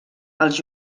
els